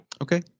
okay